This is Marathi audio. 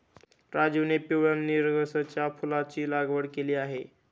राजीवने पिवळ्या नर्गिसच्या फुलाची लागवड केली आहे